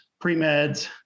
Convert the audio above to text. pre-meds